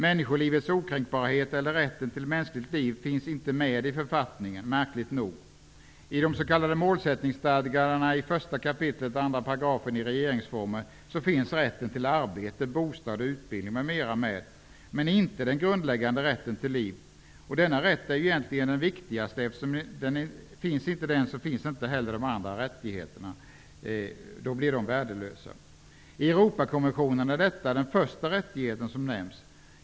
Människolivets okränkbarhet eller rätten till mänskligt liv finns inte med i författningen, märkligt nog. I de s.k. målsättningsstadgarna i 1 kap. 2 § regeringsformen finns rätten till arbete, bostad, utbildning m.m. med, men inte den grundläggande rätten till liv. Denna rätt är ju egentligen den viktigaste. Finns inte den, finns inte heller de andra rättigheterna, som då blir värdelösa. I Europakonventionen är detta den första rättighet som nämns.